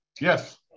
Yes